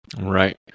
Right